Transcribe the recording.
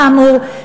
כאמור,